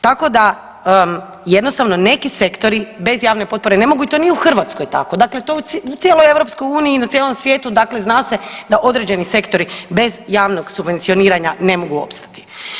Tako da jednostavno neki sektori bez javne potpore ne mogu to ni u Hrvatskoj tako, dakle to je u cijeloj EU, na cijelom svijetu, dakle zna se da određeni sektori bez javnog subvencioniranja ne mogu opstati.